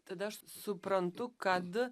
tada aš suprantu kad